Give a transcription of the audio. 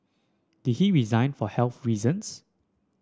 did he resign for health reasons